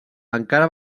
encara